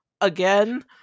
again